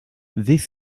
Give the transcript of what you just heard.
this